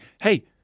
Hey